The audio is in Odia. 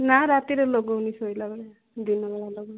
ନା ରାତିରେ ଲଗାଉନି ଶୋଇଲାବେଳେ ଦିନବେଳା ଲଗାଏ